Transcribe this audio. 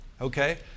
okay